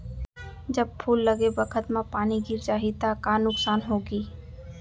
जब फूल लगे बखत म पानी गिर जाही त का नुकसान होगी?